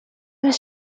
was